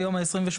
ביום ה-28.